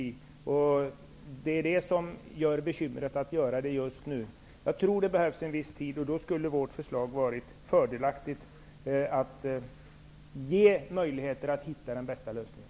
Därför blir det så bekymmersamt att göra detta just nu. Jag tror att man behöver få en viss tid på sig. Således är vårt förslag fördelaktigt när det gäller möjligheterna att hitta den bästa lösningen.